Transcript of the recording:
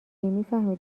میفهمی